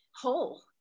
whole